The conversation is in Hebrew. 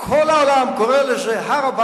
אני קורא לך לסדר פעם ראשונה.